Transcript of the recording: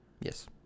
yes